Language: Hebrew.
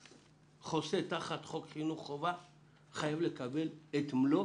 חוסה תחת חוק חינוך חובה והוא חייב לקבל את מלוא